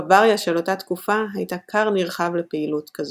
בוואריה של אותה תקופה הייתה כר נרחב לפעילות כזו.